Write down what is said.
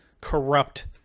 corrupt